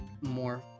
more